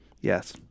Yes